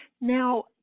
Now